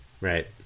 Right